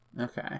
Okay